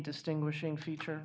distinguishing feature